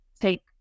take